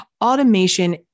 Automation